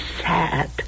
sad